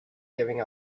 giving